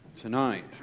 tonight